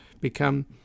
become